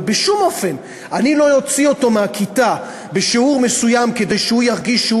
אבל בשום אופן אני לא אוציא אותו מהכיתה בשיעור מסוים כדי שהוא ירגיש שהוא